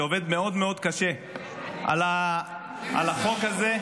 שעובד מאוד מאוד קשה על החוק הזה,